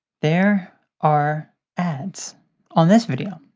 there are ads on this video.